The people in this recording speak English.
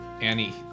Annie